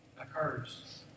occurs